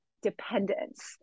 dependence